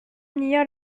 nia